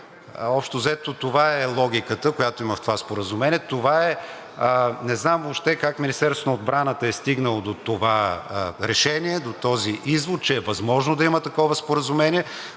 Общо взето това е логиката, която има в това споразумение. Не знам въобще как Министерството на отбраната е стигнало до това решение, до този извод, че е възможно да има такова споразумение.